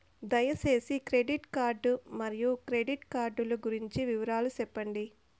దయసేసి credit card మరియు credit card లు గురించి వివరాలు సెప్పండి?